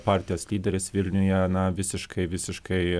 partijos lyderis vilniuje na visiškai visiškai